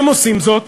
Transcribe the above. הם עושים זאת,